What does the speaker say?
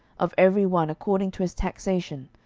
of every one according to his taxation,